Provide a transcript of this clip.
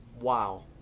wow